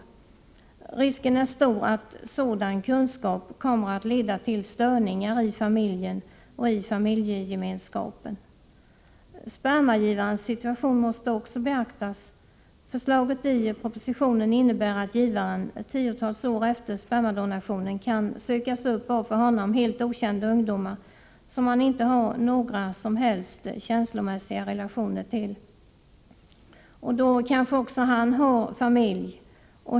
Risken är stor att sådan kunskap leder till störningar i familjen och i familjegemenskapen. Spermagivarens situation måste också beaktas. Förslaget i propositionen innebär att givaren tiotals år eftet spermadonationen kan sökas upp av för honom helt okända ungdomar som han inte har några som helst känslomässiga relationer till. Då kanske även spermagivaren har egen familj.